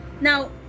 Now